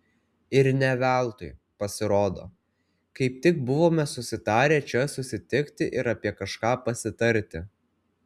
ir ne veltui pasirodo kaip tik buvome susitarę čia susitikti ir apie kažką pasitarti